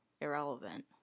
irrelevant